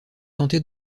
tenter